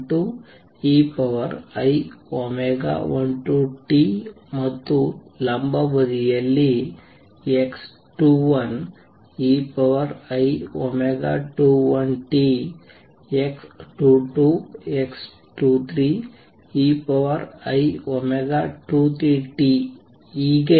x11 x12 ei12t ಮತ್ತು ಲಂಬ ಬದಿಯಲ್ಲಿ x21 ei21t x22 x23 ei23t ಹೀಗೆ